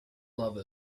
love